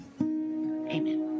Amen